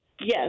Yes